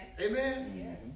Amen